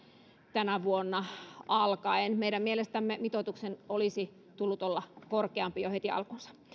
tänä vuonna meidän mielestämme mitoituksen olisi tullut olla korkeampi jo heti alkuunsa